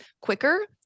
quicker